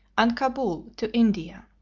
and kabul to india.